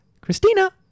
Christina